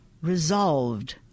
resolved